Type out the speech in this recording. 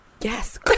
Yes